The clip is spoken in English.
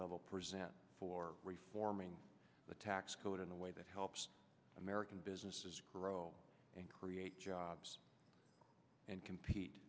level present for reforming the tax code in a way that helps american businesses grow and create jobs and